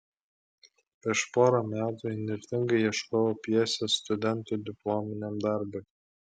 prieš porą metų įnirtingai ieškojau pjesės studentų diplominiam darbui